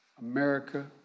America